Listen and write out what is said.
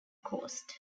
coast